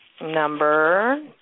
Number